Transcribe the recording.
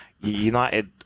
United